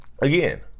again